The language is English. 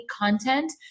content